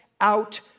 out